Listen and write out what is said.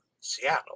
Seattle